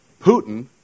Putin